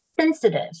sensitive